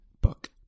book